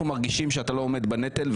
אנחנו מרגישים שאתה לא עומד בנטל,